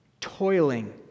toiling